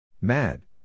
Mad